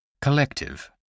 Collective